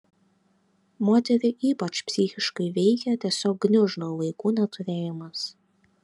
moterį ypač psichiškai veikia tiesiog gniuždo vaikų neturėjimas